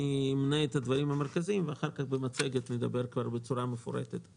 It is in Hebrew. אמנה את הדברים המרכזיים ואחר כך במצגת נדבר כבר בצורה מפורטת.